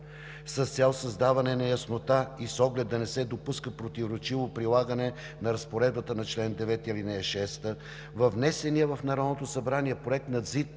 С цел създаване на яснота и с оглед да не се допуска противоречиво прилагане на разпоредбата на чл. 9, ал. 6 във внесения в Народното събрание Законопроект